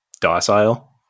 docile